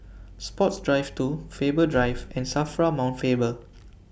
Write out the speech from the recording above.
Sports Drive two Faber Drive and SAFRA Mount Faber